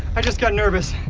i just got nervous.